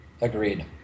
Agreed